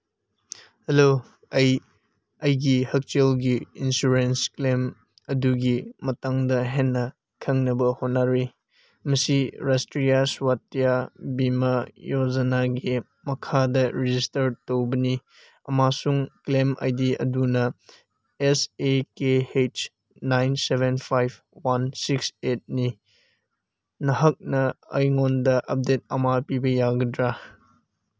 hello ꯑꯩ ꯑꯩꯒꯤ ꯍꯛꯁꯦꯜꯒꯤ ꯏꯟꯁꯨꯔꯦꯟꯁ ꯀ꯭ꯂꯦꯝ ꯑꯗꯨꯒꯤ ꯃꯇꯥꯡꯗ ꯍꯦꯟꯅ ꯈꯪꯅꯕ ꯍꯣꯠꯅꯔꯤ ꯃꯁꯤ ꯔꯥꯁꯇꯤꯌꯥ ꯁ꯭ꯋꯥꯇꯤꯌꯥ ꯕꯤꯃꯥ ꯌꯣꯖꯅꯥꯒꯤ ꯃꯈꯥꯗ ꯔꯦꯖꯤꯁꯇꯔ ꯇꯧꯕꯅꯤ ꯑꯃꯁꯨꯡ ꯀ꯭ꯂꯦꯝ ꯑꯥꯏ ꯗꯤ ꯑꯗꯨꯅ ꯑꯦꯁ ꯑꯦ ꯀꯦ ꯍꯩꯁ nine seven five one six ꯑꯩꯠꯅꯤ ꯅꯍꯥꯛꯅ ꯑꯩꯉꯣꯟꯗ ꯑꯞꯗꯦꯠ ꯑꯃ ꯄꯤꯕ ꯌꯥꯒꯗ꯭ꯔꯥ